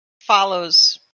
follows